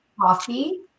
coffee